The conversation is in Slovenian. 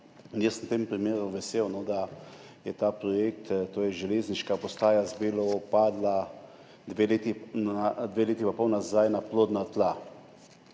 jaz sem v tem primeru vesel, da je ta projekt, to je železniška postaja Zbelovo, padel dve leti in pol nazaj na plodna tla.